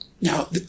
Now